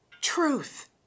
truth